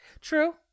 true